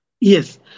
Yes